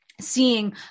seeing